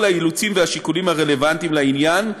האילוצים והשיקולים הרלוונטיים לעניין,